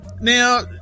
now